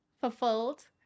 fulfilled